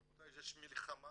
רבותיי, יש מלחמה